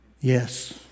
Yes